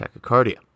tachycardia